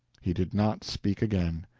he did not speak again.